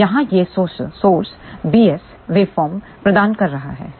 तो यहाँ यह स्रोत bs वेबफॉर्म प्रदान कर रहा है